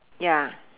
ya